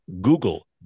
google